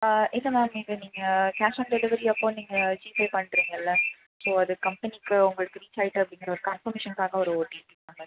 இல்லை மேம் நீங்கள் நீங்கள் கேஷ் ஆன் டெலிவரி அப்போ நீங்கள் ஜிபே பண்ணுறிங்கள ஸோ அது கம்பெனிக்கு உங்களுக்கு ரீச் ஆயிட்டு அப்படிங்குற ஒரு கன்ஃபர்மேசன்க்காக ஒரு ஓடிபி